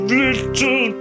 little